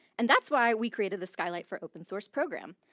and that's why we created the skylight for open-source program,